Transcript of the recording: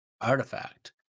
artifact